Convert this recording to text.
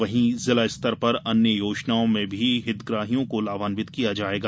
वहीं जिला स्तर पर अन्य योजनाओं में भी हितग्राहियों को लाभान्वित किया जायेगा